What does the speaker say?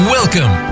Welcome